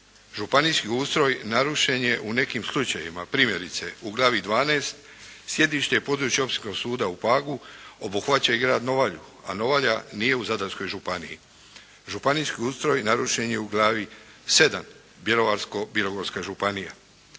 Županijski ustroj narušen je u nekim slučajevima, primjerice u …/Govornik se ne razumije./… sjedište i područje Općinskog suda u Pagu obuhvaća i Grad Novalju, a Novalja nije u Zadarskoj županiji. Županijski ustroj narušen je u glavi 7. Bjelovarsko-bilogorska županija.